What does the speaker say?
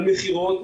על מכירות,